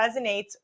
resonates